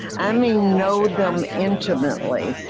i mean know them intimately,